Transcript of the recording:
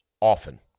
often